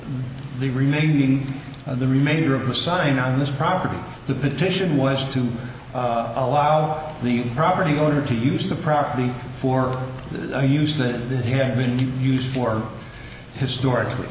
the remaining of the remainder of the sign on this property the petition was to allow the property owner to use the property for use that that he had been used for historically